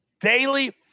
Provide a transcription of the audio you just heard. Daily